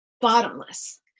bottomless